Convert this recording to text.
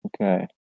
okay